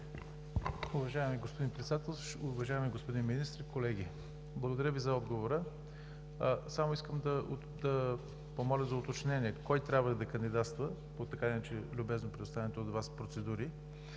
Уважаеми господин Председателстващ, уважаеми господин Министър, колеги! Благодаря Ви за отговора. Искам да помоля за уточнение: кой трябва да кандидатства по така или иначе любезно предоставените от Вас процедури